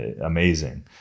amazing